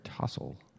tassel